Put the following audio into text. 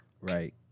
Right